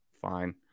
fine